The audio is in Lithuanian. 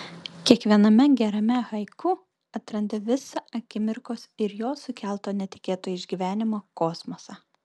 kiekviename gerame haiku atrandi visą akimirkos ir jos sukelto netikėto išgyvenimo kosmosą